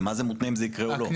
אז במה זה מותנה אם זה יקרה או לא?